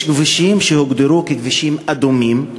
יש כבישים שהוגדרו ככבישים אדומים,